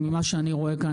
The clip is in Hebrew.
ממה שאני רואה כאן,